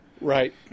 Right